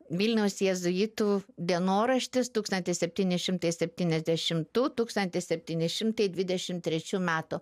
vilniaus jėzuitų dienoraštis tūkstantis septyni šimtai septyniasdešimtų tūkstantis septyni šimtai dvidešim trečių metų